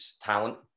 talent